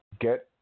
get